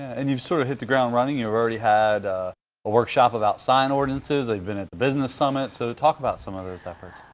and you sort of hit the ground running you've already had a workshop about sign ordinances. you've been at the business summit. so talk about some of those efforts.